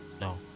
No